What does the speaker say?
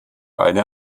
eine